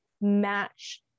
match